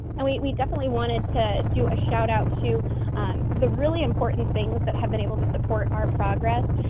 and wait, we definitely wanted to do a shoutout to the really important things that have been able to support our progress.